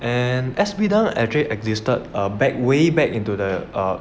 actually existed back err way back into the um